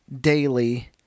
daily